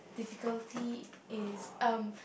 difficulty is um